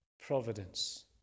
providence